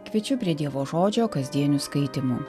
kviečiu prie dievo žodžio kasdienių skaitymų